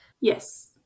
Yes